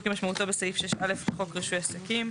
כמשמעותו בסעיף 6(א) לחוק רישוי עסקים,